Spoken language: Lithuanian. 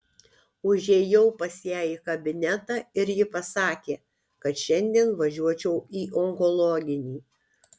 užėjau pas ją į kabinetą ir ji pasakė kad šiandien važiuočiau į onkologinį